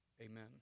Amen